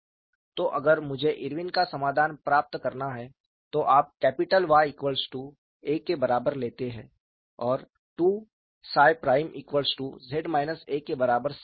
तो अगर मुझे इरविन का समाधान प्राप्त करना है तो आप कैपिटल YA के बराबर लेते हैं और 2𝜳′Z A के बराबर सेट करते हैं